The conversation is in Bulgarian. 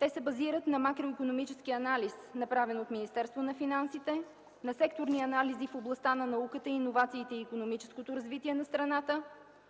Те се базират на макроикономическия анализ, направен от Министерството на финансите, на секторни анализи в областта на науката, иновациите и икономическото развитие на страната.